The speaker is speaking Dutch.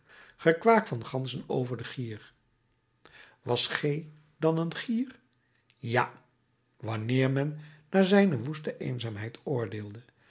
gekwaak van ganzen over den gier was g dan een gier ja wanneer men naar zijne woeste eenzaamheid oordeelde